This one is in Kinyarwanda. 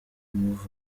ngo